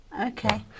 Okay